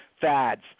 fads